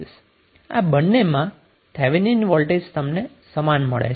આ બંને માં થેવેનિન વોલ્ટેજ તમને સમાન મળે છે